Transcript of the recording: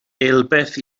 eilbeth